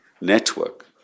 network